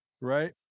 right